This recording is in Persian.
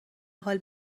حال